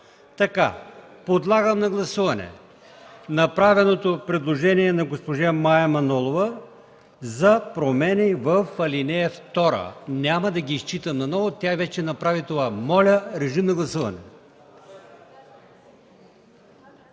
общо. Подлагам на гласуване направеното предложение от госпожа Мая Манолова за промени в ал. 2 – няма да ги изчитам отново, тя вече направи това. Моля, режим на гласуване.